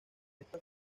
esta